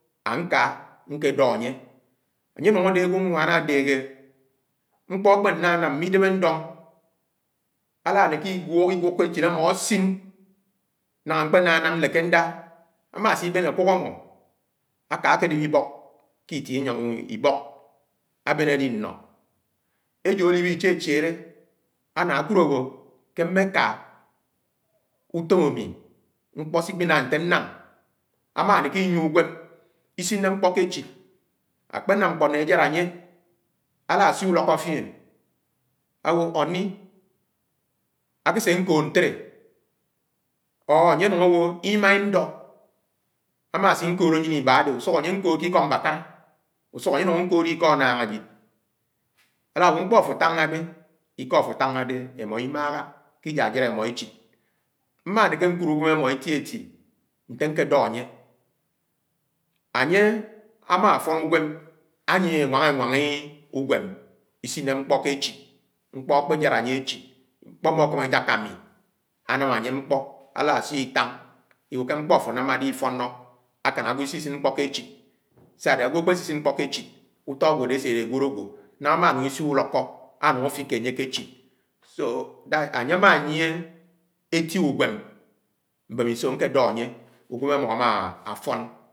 Nké ñdọ ánye, ánye ánung àdé àgwoñwán àdèhè mkpọ ákpénám mme idém àdọñg, alamèké inwuk iñwuk èchid ámo isin ñariga mkpé nànám ñlékéndá. Ama asiiben àkúk amo àkàkédép ibók kí-itie inyàm ibók àbén àli-nnó, ejo àliwe ihéchidé, aná akúd àwo ké mmè ká ùfóm amì, nkpò sikpina nté anám ama-neke inyie unem. Isine mkpọ ké echid àkpénám mkpọ ne àjád ánye àlásio ùlọk fièn àwó hònéy àkásé akood ñtèlè ùsùk ánye àwo imàndọ àmàsé ikoód ànyin ibá àdé. Àkóod mw ikọ mbàkàrá ùsùk anye ànúng akood ikọ annáng àjòd. Àláwó m̃kpọ àfo àtàngàdẽ, ìkọ àfo àtángádé imo ìmáhá ki iyàyàd imọ échid. Mmà néké ùkúd ùnwém àmọ eti-eti ñté ñkẽ do ánye. Ányè ámá òfòn uñwèm ànyiè enwanga eñwánga uñwém ìsinéké ñkpọ ké echid. Ñkpo ákpéjàd anye echid ìkpọmọkọmọ ejàhà ami anam ánye álasio ìtáng ìwó ke ñkpọ afo ànámàde ifọnọ àkán agwo isisin ñkpọ ké èchid sade agwo akpe sisin ñkpọ ké echid ùtó ágwo àdé asèdé ànwéd àgwo ñángá ámá núng isiò ùlóko afiké ánye ké échid so, ánye àmá anyiè eti-uwèm mbemiso anke dọ ánye uwém amó àmá àfón.